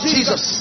Jesus